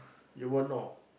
you won't know